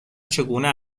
چگونه